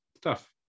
tough